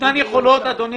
יש יכולות אדוני